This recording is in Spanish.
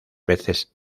veces